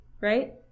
right